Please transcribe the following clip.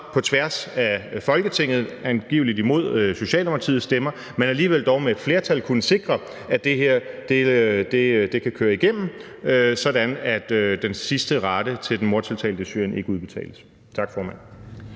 det her kan køre igennem – angiveligt imod Socialdemokratiets stemmer, men alligevel dog med et flertal – sådan at den sidste rate til den mordtiltalte i Syrien ikke udbetales. Tak, formand.